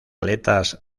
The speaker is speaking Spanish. aletas